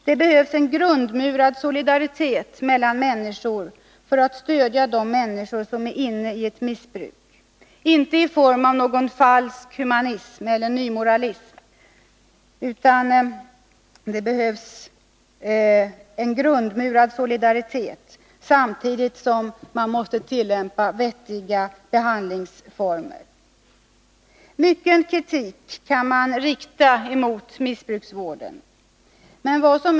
Det behövs en grundmurad solidaritet mellan människor för att stödja dem som är inne i ett missbruk — inte i form av någon falsk humanism eller nymoralism — samtidigt som vettiga behandlingsformer måste tillämpas. Mycken kritik kan riktas mot missbruksvården.